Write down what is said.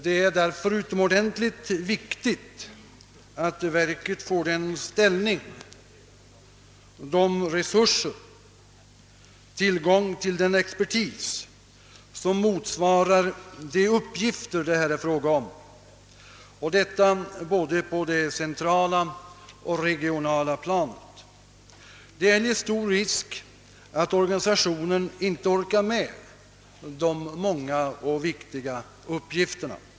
Därför är det också utomordentligt viktigt att verket erhåller den ställning och de resurser samt tillgång till de experter som erfordras för att lösa uppgifterna på såväl det centrala som det regionala planet. I annat fall är risken stor att organisationen inte orkar med de många och viktiga arbetsuppgifterna.